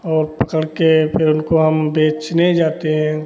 और पकड़ कर फिर उनको हम बेचने जाते हैं